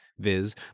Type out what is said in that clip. Viz